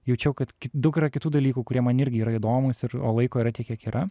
jaučiau kad daug yra kitų dalykų kurie man irgi yra įdomūs ir o laiko yra tiek kiek yra